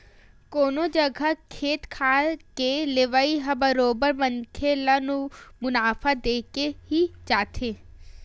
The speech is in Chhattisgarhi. कोनो जघा खेत खार के लेवई ह बरोबर मनखे ल मुनाफा देके ही जाथे